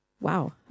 Wow